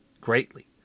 greatly